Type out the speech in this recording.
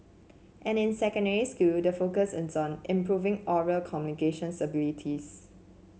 and in secondary school the focus is on improving oral communication